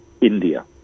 India